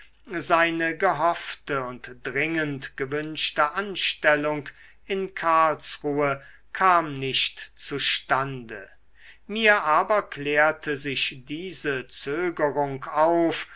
seine gehoffte und dringend gewünschte anstellung in karlsruhe kam nicht zustande mir aber klärte sich diese zögerung auf